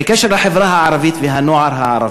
בקשר לחברה הערבית והנוער הערבי,